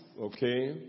Okay